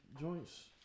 joints